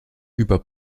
über